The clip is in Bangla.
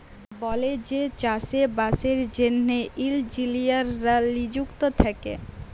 বলেযে চাষে বাসের জ্যনহে ইলজিলিয়াররা লিযুক্ত থ্যাকে